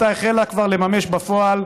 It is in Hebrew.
אותה החלה כבר לממש בפועל.